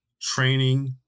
training